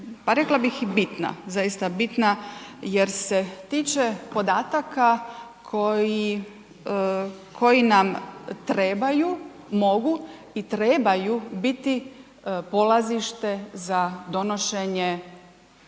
pa rekla bih i bitna, zaista bitna jer se tiče podataka koji nam trebaju, mogu i trebaju biti polazište za donošenje